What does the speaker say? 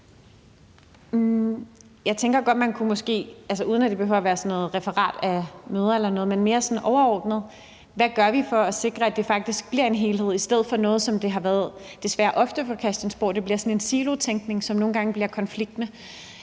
man måske godt kunne sige noget om – uden at det behøver at være referater af møder eller sådan noget, men mere sådan overordnet – hvad vi gør for at sikre, at det faktisk bliver en helhed, i stedet for at det, som det desværre ofte bliver fra Christiansborgs side, bliver sådan en silotænkning, som nogle gange bliver konfliktende.